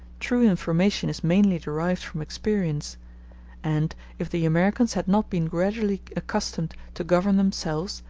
true information is mainly derived from experience and if the americans had not been gradually accustomed to govern themselves,